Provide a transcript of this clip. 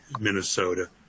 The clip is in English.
Minnesota